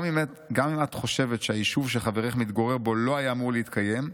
גם אם את חושבת שהיישוב שחברך מתגורר בו לא היה אמור להתקיים,